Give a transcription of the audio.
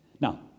Now